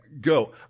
Go